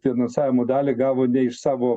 finansavimo dalį gavo ne iš savo